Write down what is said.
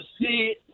see